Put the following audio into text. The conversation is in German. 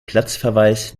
platzverweis